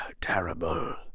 terrible